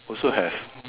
also have